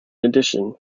addition